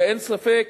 ואין ספק